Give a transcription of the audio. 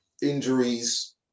Injuries